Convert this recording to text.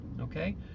Okay